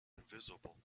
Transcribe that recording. invisible